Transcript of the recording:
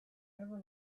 never